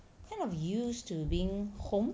kind of used to being home